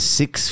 six